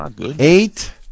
eight